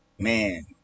man